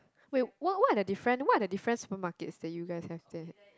wait what what are the different what are the different supermarkets that you guys have there